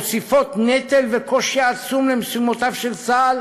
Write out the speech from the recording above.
מוסיפות נטל וקושי עצום למשימותיו של צה"ל